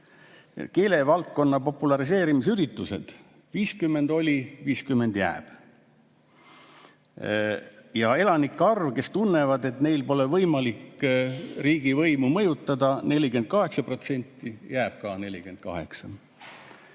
Keelevaldkonna populariseerimise üritused: 50 oli, 50 jääb. Elanike arv, kes tunnevad, et neil pole võimalik riigivõimu mõjutada: oli 48%, jääb ka 48%.